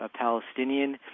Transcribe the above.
Palestinian